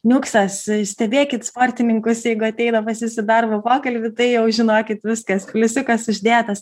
niuksas stebėkit sportininkus jeigu ateina pas jus į darbo pokalbį tai jau žinokit viskas pliusiukas uždėtas